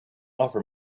offer